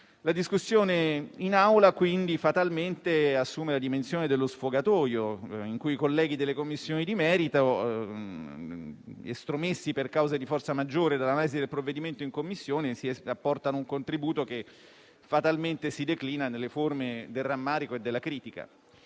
La discussione in Aula, quindi, fatalmente assume la dimensione dello sfogatoio, in cui i colleghi delle Commissioni di merito, estromessi per cause di forza maggiore dall'analisi del provvedimento in Commissione, apportano un contributo che fatalmente si declina nelle forme del rammarico e della critica.